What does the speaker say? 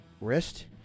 wrist